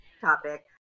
Topic